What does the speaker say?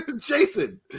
Jason